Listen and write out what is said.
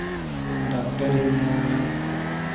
ᱰᱟᱠᱴᱚᱨᱮ ᱧᱮᱞᱟ